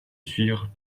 suivre